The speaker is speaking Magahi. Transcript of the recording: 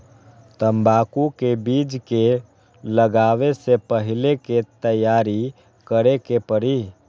तंबाकू के बीज के लगाबे से पहिले के की तैयारी करे के परी?